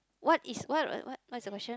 what is what what what what is the question